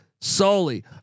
solely